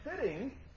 fitting